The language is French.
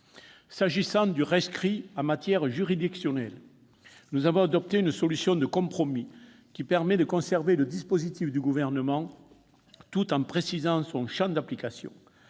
S'agissant du rescrit en matière juridictionnelle, nous avons adopté une solution de compromis qui permet de conserver le dispositif du Gouvernement tout en précisant son champ d'application.